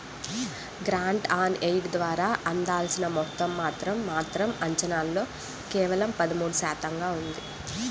grant on aid ద్వారా అందాల్సిన మొత్తం మాత్రం మాత్రం అంచనాల్లో కేవలం పదమూడు శాతంగా ఉంది